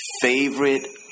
favorite